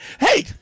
Hey